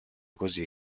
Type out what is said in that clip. così